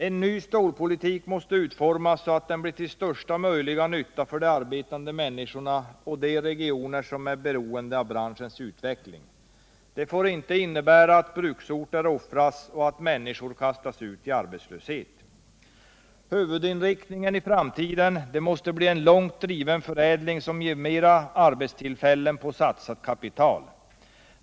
En ny stålpolitik måste utformas så, att den blir till största möjliga nytta för de arbetande människorna och de regioner som är beroende av branschens utveckling. Det får inte innebära att bruksorter offras och att människor kastas ut i arbetslöshet. Huvudinriktningen i framtiden måste bli en långt driven förädling som ger flera arbetstillfällen på satsat kapital.